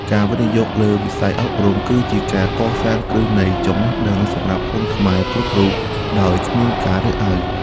ការវិនិយោគលើវិស័យអប់រំរដ្ឋគឺជាការកសាងគ្រឹះនៃចំណេះដឹងសម្រាប់កូនខ្មែរគ្រប់រូបដោយគ្មានការរើសអើង។